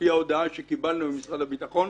לפי ההודעה שקיבלנו ממשרד הביטחון,